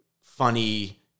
funny